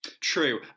True